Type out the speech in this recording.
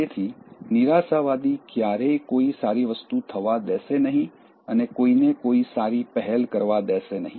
તેથી નિરાશાવાદી ક્યારેય કોઈ સારી વસ્તુ થવા દેશે નહીં અને કોઈને કોઈ સારી પહેલ કરવા દેશે નહીં